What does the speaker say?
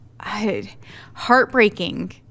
heartbreaking